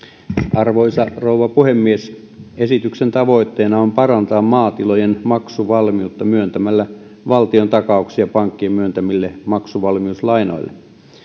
arvoisa rouva puhemies esityksen tavoitteena on parantaa maatilojen maksuvalmiutta myöntämällä valtiontakauksia pankkien myöntämille maksuvalmiuslainoille